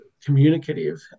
communicative